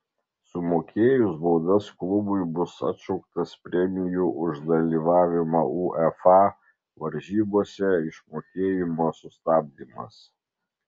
sumokėjus baudas klubui bus atšauktas premijų už dalyvavimą uefa varžybose išmokėjimo sustabdymas